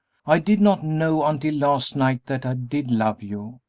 i did not know until last night that i did love you.